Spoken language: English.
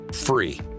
free